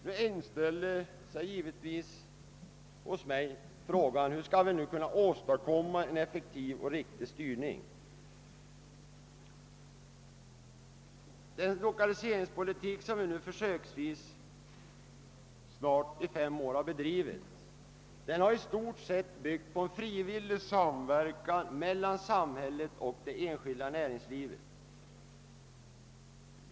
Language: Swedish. Nu inställer sig givetvis frågan hur man skall kunna åstadkomma en effektiv och riktig styrning. Den lokaliseringspolitik som vi försöksvis bedrivit i snart fem år har i stort sett byggt på frivillig samverkan mellan samhället och det enskilda näringslivet.